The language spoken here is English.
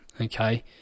Okay